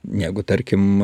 negu tarkim